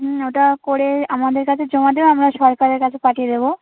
হুম ওটা করে আমাদের কাছে জমা দিও আমরা সরকারের কাছে পাঠিয়ে দেবো